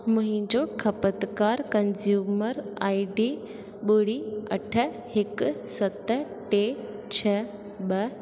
मुहिंजो ख़पतकार consumer I D ॿुड़ी अठ हिकु सत टे छह ॿ